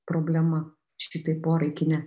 problema šitai porai kine